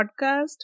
podcast